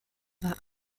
war